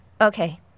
Okay